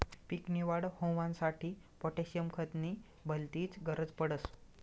पीक नी वाढ होवांसाठी पोटॅशियम खत नी भलतीच गरज पडस